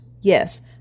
Yes